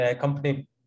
company